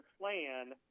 plan